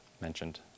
mentioned